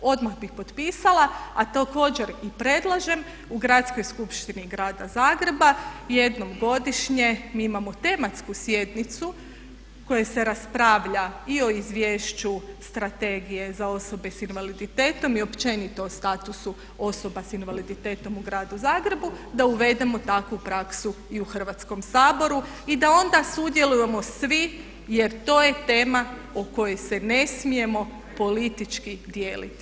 Odmah bih potpisala a također i predlažem u Gradskoj skupštini grada Zagreba jednom godišnje mi imamo tematsku sjednicu na kojoj se raspravlja i o izvješću strategije za osobe s invaliditetom i općenito o statusu osoba s invaliditetom u gradu zagrebu da uvedemo takvu praksu i u Hrvatskom saboru i da onda sudjelujemo svi jer to je tema o kojoj se ne smijemo politički dijeliti.